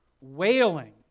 wailing